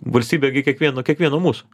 valstybė gi kiekvieno kiekvieno mūsų